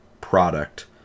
product